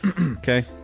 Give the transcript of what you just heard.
Okay